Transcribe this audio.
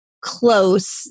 close